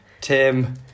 Tim